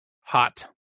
hot